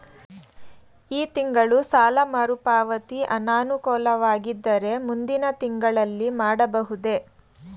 ಈ ತಿಂಗಳು ಸಾಲ ಮರುಪಾವತಿ ಅನಾನುಕೂಲವಾಗಿದ್ದರೆ ಮುಂದಿನ ತಿಂಗಳಲ್ಲಿ ಮಾಡಬಹುದೇ?